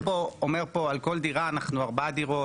אומר פה על כל דירה אנחנו ארבע דירות,